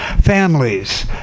Families